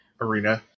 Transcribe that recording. arena